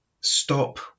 stop